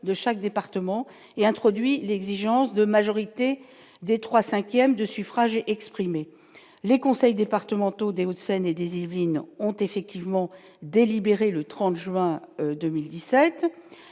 de chaque département et introduit l'exigence de majorité des 3 cinquièmes de suffrages exprimés les conseils départementaux des Hauts-de-Seine et des Yvelines ont effectivement délibéré le 30 juin 2017,